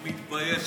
לא מתבייש.